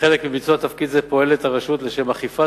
כחלק מביצוע תפקיד זה פועלת הרשות לאכיפת